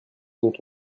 dont